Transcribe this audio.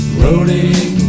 rolling